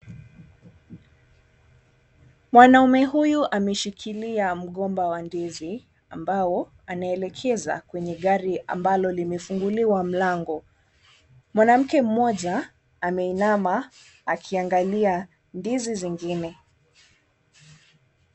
Mwanaume huyu ameshikilia mgomba wa ndizi ambao anaelekeza kwenye gari ambalo limefunguliwa mlango. Mwanamke mmoja ameinama akiangalia ndizi zingine.